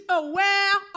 aware